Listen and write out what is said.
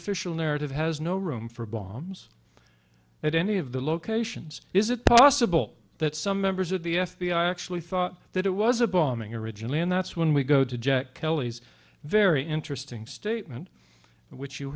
official narrative has no room for bombs at any of the locations is it possible that some members of the f b i actually thought that it was a bombing originally and that's when we go to jack kelly's very interesting statement which you